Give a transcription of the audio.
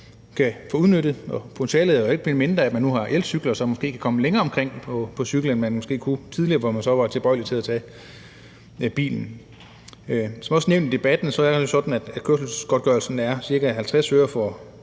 kan få udnyttet, og potentialet er jo ikke blevet mindre af, at vi nu har elcykler, så man måske kan komme længere omkring på cykel, end man måske kunne tidligere, hvor man så var tilbøjelig til at tage bilen. Som det også er blevet nævnt i debatten, er det jo sådan, at kørselsgodtgørelsen er ca. 50 øre, når